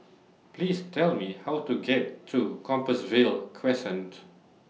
Please Tell Me How to get to Compassvale Crescent